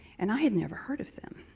and i had never heard of them.